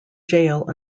jail